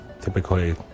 typically